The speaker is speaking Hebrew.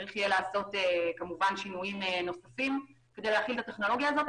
צריך יהיה לערוך שימועים נוספים כדי להכיל את הטכנולוגיה הזו,